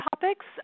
topics